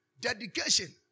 Dedication